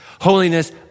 Holiness